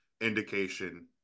indication